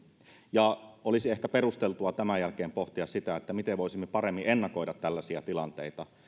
ja olisi ehkä perusteltua tämän jälkeen pohtia sitä miten voisimme paremmin ennakoida tällaisia tilanteita